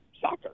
soccer